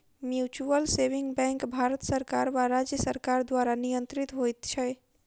mutual saving bank Bharat सरकार वा राज्य सरकार द्वारा नियंत्रित होइत छै